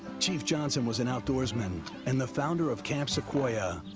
chief johnson was an outdoorsman and the founder of camp sequoyah,